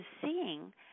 seeing